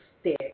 stick